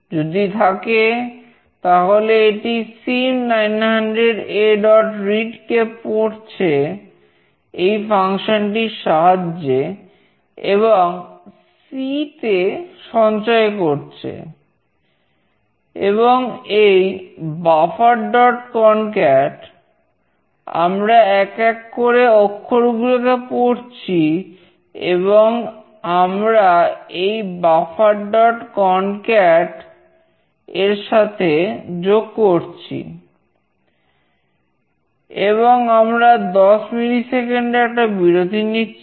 যদি থাকে তাহলে এটি sim900Aread কে পড়ছে এই ফাংশন একটা বিরতি নিচ্ছি